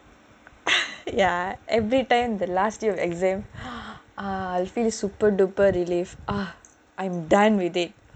ya every time the last day of exam I feel super-duper relieved ah I'm done with it